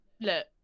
Look